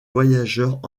voyageurs